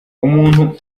umuntu